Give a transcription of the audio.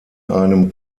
einem